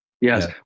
Yes